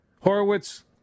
Horowitz